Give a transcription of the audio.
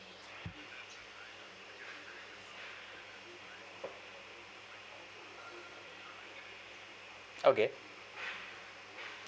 okay